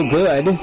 good